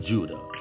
Judah